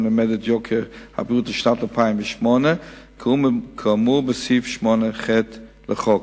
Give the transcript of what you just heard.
למדד יוקר הבריאות לשנת 2008 כאמור בסעיף 8(ח) לחוק.